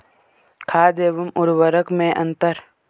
खाद एवं उर्वरक में अंतर?